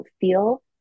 feel